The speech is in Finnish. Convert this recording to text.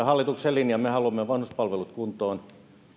hallituksen linja me haluamme vanhuspalvelut kuntoon